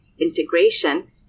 integration